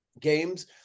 games